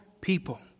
people